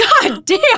goddamn